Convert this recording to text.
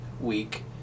week